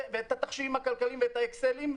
ואת התחשיבים הכלכליים ואת האקסלים,